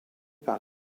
par